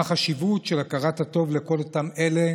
ישנה חשיבות של הכרת הטוב לכל אותם אלה